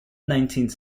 nineteenth